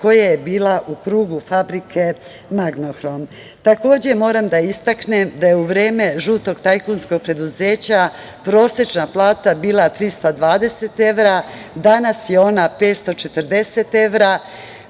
koja je bila u krugu fabrike "Magnohrom".Takođe, moram da istaknem da je u vreme žutog tajkunskog preduzeća prosečna plata bila 320 evra, danas je ona 540 evra.